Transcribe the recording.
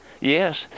Yes